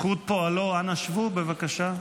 אנא שבו, בבקשה.